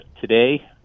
today